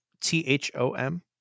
T-H-O-M